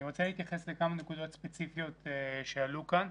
אני רוצה להתייחס לכמה נקודות ספציפיות שעלו כאן.